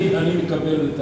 אני מקבל.